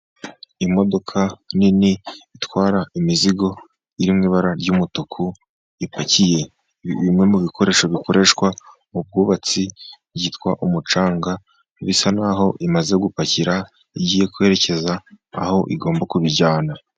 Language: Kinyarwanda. Imodoka nini itwara imizigo iri mu ibara ry'umutuku, ipakiye bimwe mu bikoresho bikoreshwa mu bwubatsi byitwa umucanga, bisa n'aho imaze gupakira, igiye kwerekeza aho igomba kubijyana.